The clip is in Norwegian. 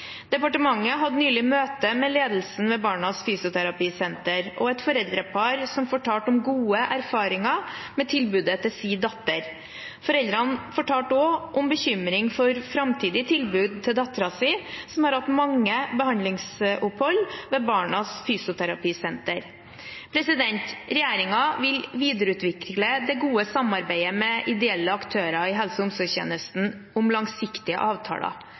Departementet hadde nylig møte med ledelsen ved Barnas Fysioterapisenter og et foreldrepar som fortalte om gode erfaringer med tilbudet til sin datter. Foreldrene fortalte også om bekymring for framtidig tilbud til datteren sin, som har hatt mange behandlingsopphold ved Barnas Fysioterapisenter. Regjeringen vil videreutvikle det gode samarbeidet med ideelle aktører i helse- og omsorgssektoren om langsiktige avtaler,